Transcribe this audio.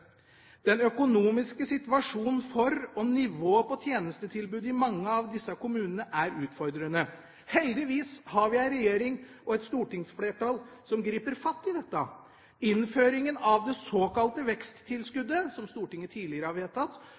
Den økonomiske situasjonen for, og nivået på, tjenestetilbudet i mange av disse kommunene er utfordrende. Heldigvis har vi ei regjering og et stortingsflertall som griper fatt i dette. Innføringen av det såkalte veksttilskuddet, som Stortinget tidligere har vedtatt,